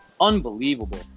Unbelievable